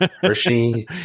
Hershey